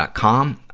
com,